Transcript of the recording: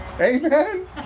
amen